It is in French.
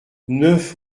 neuf